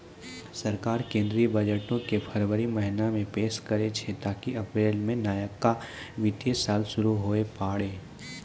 सरकार केंद्रीय बजटो के फरवरी महीना मे पेश करै छै ताकि अप्रैल मे नयका वित्तीय साल शुरू हुये पाड़ै